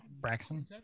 Braxton